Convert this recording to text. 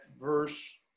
verse